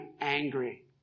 angry